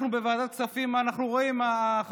מה אנחנו רואים בוועדת הכספים?